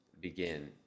begin